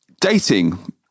dating